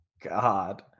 god